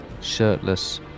shirtless